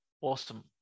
awesome